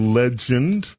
legend